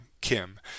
Kim